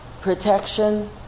protection